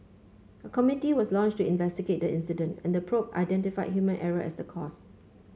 a committee was launched to investigate the incident and the probe identified human error as the cause